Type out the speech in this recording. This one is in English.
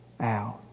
out